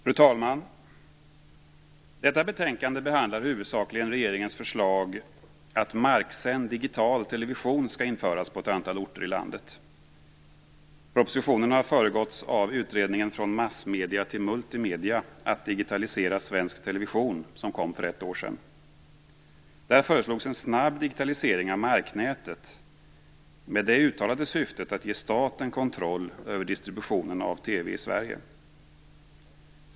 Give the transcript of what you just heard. Fru talman! Detta betänkande behandlar huvudsakligen regeringens förslag att marksänd digital television skall införas på ett antal orter i landet. Propositionen har föregåtts av utredningen Från massmedia till multimedia - att digitalisera svensk television, som kom för ett år sedan. Där föreslogs en snabb digitalisering av marknätet med det uttalade syftet att ge staten kontroll över distributionen av TV i Sverige.